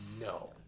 no